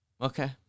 Okay